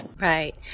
Right